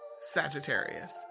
Sagittarius